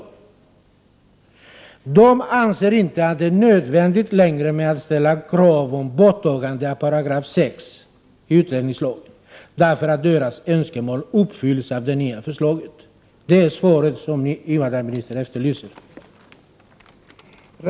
Moderata samlingspartiet anser inte att det längre är nödvändigt att ställa krav på ett borttagande av 6 § i utlänningslagen, eftersom deras önskemål uppfylls i det nya förslaget. Detta är svaret som invandrarministern efterlyser.